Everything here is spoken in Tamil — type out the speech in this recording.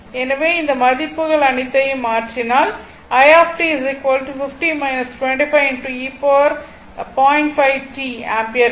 எனவே இந்த மதிப்புகள் அனைத்தையும் மாற்றினால் ஆம்பியர் கிடைக்கும்